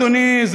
אדוני,